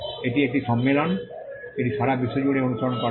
এটি একটি সম্মেলন এটি সারা বিশ্ব জুড়ে অনুসরণ করা হয়